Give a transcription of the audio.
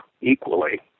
equally